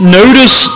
notice